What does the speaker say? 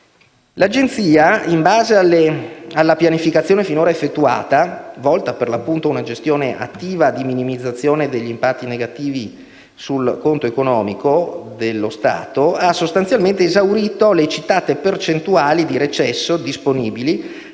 L'Agenzia, in base alla pianificazione finora effettuata, volta a una gestione attiva di minimizzazione degli impatti negativi sul conto economico dello Stato, ha sostanzialmente esaurito le citate percentuali di recesso disponibili,